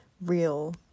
real